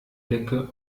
decke